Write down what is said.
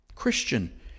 Christian